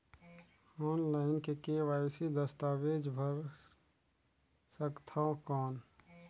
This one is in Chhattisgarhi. ऑनलाइन के.वाई.सी दस्तावेज भर सकथन कौन?